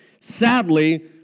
Sadly